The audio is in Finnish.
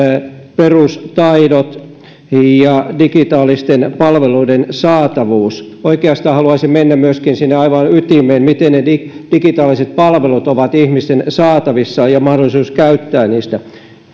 perustaidot ja digitaalisten palveluiden saatavuus oikeastaan haluaisin mennä myöskin sinne aivan ytimeen miten ne digitaaliset palvelut ovat ihmisten saatavissa ja miten on mahdollisuus käyttää niitä